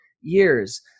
years